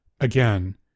Again